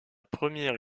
première